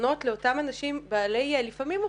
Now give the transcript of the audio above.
פתרונות לאותם אנשים שהם לפעמים בעלי מורכבות,